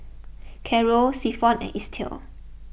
Caro Clifton and Estill